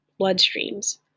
bloodstreams